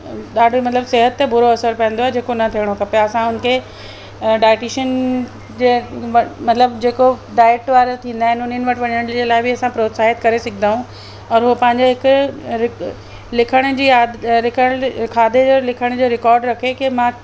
ॾाढी मतिलबु सिहत ते बुरो असर पवंदो आहे जेको न थियणु खपे असांखे डाईटीशियन जे वटि मतिलबु जेको डाईट वारा थींदा आहिनि उन्हनि वटि वञण लाइ बि असां प्रोत्साहित करे सघंदा आहियूं और हूअ पंहिंजे हिकु रिकु लिखण जी आद खाधे जो लिखण जो रिकॉर्ड रखे कि मां